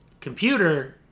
computer